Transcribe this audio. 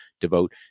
devote